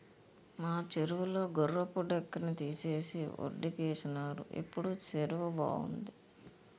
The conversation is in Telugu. మా సెరువు లో గుర్రపు డెక్కని తీసేసి వొడ్డుకేసినారు ఇప్పుడు సెరువు బావుంది